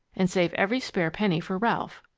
and save every spare penny for ralph.